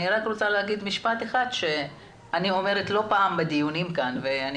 אני רק רוצה להגיד משפט אחד שאני אומרת לא פעם בדיונים כאן ואני